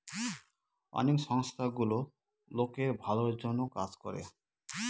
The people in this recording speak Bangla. অনেক সংস্থা গুলো লোকের ভালোর জন্য কাজ করে